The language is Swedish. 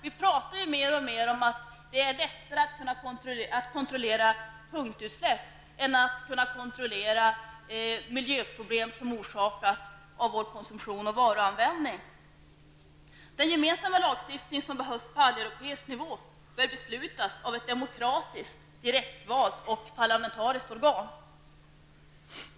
Vi talar mer och mer om att det är lättare att kontrollera punktutsläpp än att kontrollera miljöproblem som orsakas av vår konsumtion och varuanvändning. Den gemensamma lagstiftning som behövs på alleuropeisk nivå bör beslutas av ett demokratiskt, direktvalt och parlamentariskt organ.